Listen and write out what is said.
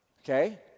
okay